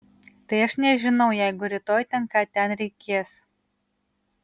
tai aš nežinau jeigu rytoj ten ką ten reikės